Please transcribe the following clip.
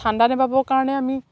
ঠাণ্ডা নেবাবৰ কাৰণে আমি